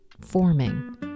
forming